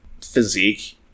physique